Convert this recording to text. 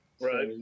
Right